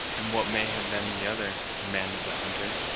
and what may have been the other? demanded the hunter,